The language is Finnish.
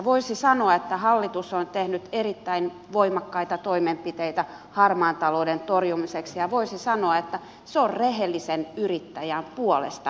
voisi sanoa että hallitus on tehnyt erittäin voimakkaita toimenpiteitä harmaan talouden torjumiseksi ja voisi sanoa että se on rehellisen yrittäjän puolesta tehtävää työtä